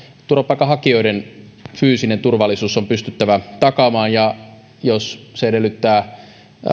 turvapaikanhakijoiden fyysinen turvallisuus on pystyttävä takaamaan ja jos se edellyttää